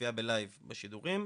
בצפייה בלייב בשידורים,